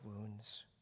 wounds